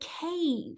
cave